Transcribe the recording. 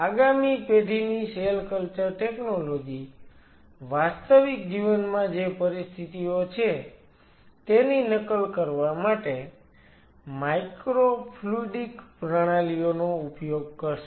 આગામી પેઢીની cell culture technology વાસ્તવિક જીવનમાં જે પરિસ્થિતિઓ છે તેની નકલ કરવા માટે માઈક્રોફ્લુઈડિક પ્રણાલીઓનો ઉપયોગ કરશે